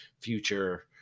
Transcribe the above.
future